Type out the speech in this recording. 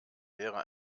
wäre